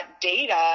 data